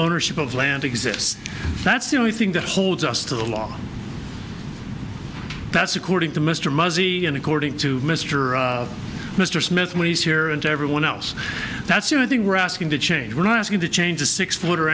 ownership of land exists that's the only thing that holds us to the law that's according to mr muzzy and according to mr mr smith when he's here and everyone else that's your thing we're asking to change we're not asking to change a six foot